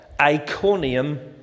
Iconium